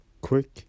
Quick